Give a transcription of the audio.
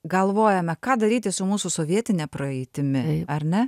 galvojame ką daryti su mūsų sovietine praeitimi ar ne